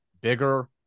bigger